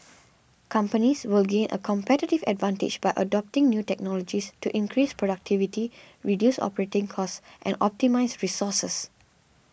companies will gain a competitive advantage by adopting new technologies to increase productivity reduce operating costs and optimise resources